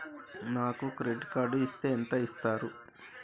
నాకు credit card ఇస్తే ఎంత ఇస్తరు?